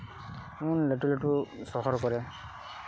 ᱦᱮᱸ ᱞᱟᱹᱴᱩ ᱞᱟᱹᱴᱩ ᱥᱚᱦᱚᱨ ᱠᱚᱨᱮ